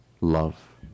love